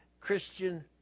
Christian